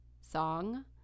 song